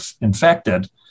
infected